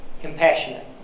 compassionate